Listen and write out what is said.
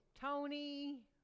Tony